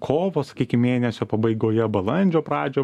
kovos mėnesio pabaigoje balandžio pradžio